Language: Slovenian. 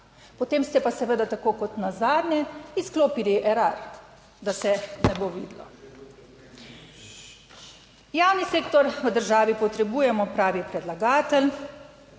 Potem ste pa seveda, tako kot nazadnje, izklopili Erar, da se ne bo videlo. Javni sektor v državi potrebujemo, pravi predlagatelj,